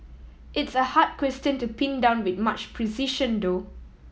it's a hard question to pin down with much precision though